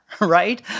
right